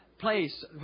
place